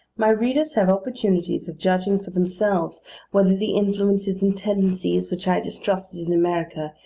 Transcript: my readers have opportunities of judging for themselves whether the influences and tendencies which i distrusted in america,